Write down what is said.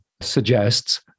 suggests